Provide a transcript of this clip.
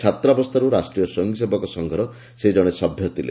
ଛାତ୍ରାବସ୍ଥାରୁ ରାଷ୍ଟ୍ରୀୟ ସ୍ୱୟଂସେବକ ସଂଘର ସେ ଜଣେ ସଭ୍ୟ ଥିଲେ